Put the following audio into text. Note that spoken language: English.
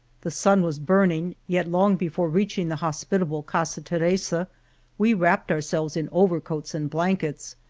the sun was burning, yet long before reaching the hospitable casa teresa we wrapped our selves in overcoats and blankets,